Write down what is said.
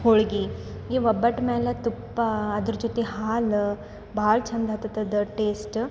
ಹೋಳ್ಗೆ ಈ ಒಬ್ಬಟ್ಟು ಮೇಲೆ ತುಪ್ಪ ಅದ್ರ ಜೊತೆ ಹಾಲು ಭಾಳ್ ಚಂದ ಆಗ್ತದ ಟೇಸ್ಟ್